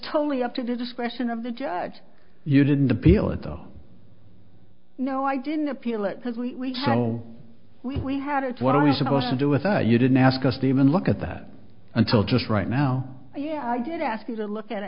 totally up to the discretion of the judge you didn't appeal it though no i didn't appeal it because we know we had it what are we supposed to do with that you didn't ask us to even look at that until just right now yeah i did ask you to look at it